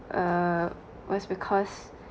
uh was because